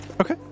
Okay